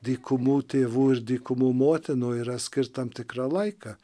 dykumų tėvų ir dykumų motinų yra skirt tam tikrą laiką